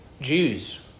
Jews